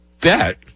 bet